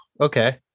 Okay